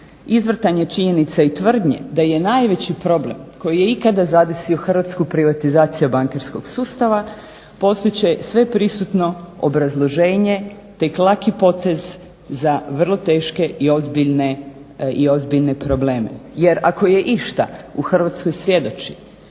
Izvrtanje činjenica i tvrdnje da je najveći problem koji je ikada zadesio hrvatsku privatizaciju bankarskog sustava postat će sve prisutno obrazloženje te kloaki potez za vrlo teške i ozbiljne probleme. Jer ako je išta, u Hrvatskoj svjedoči